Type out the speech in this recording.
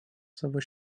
savo